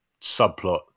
subplot